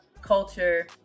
culture